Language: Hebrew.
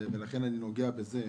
ולכן אני נוגע בזה.